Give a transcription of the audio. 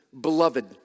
beloved